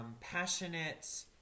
passionate